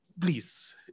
Please